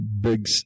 big